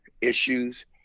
issues